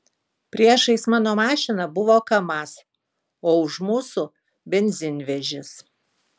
priešais mano mašiną buvo kamaz o už mūsų benzinvežis